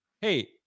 hey